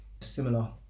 similar